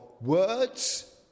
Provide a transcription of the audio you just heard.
words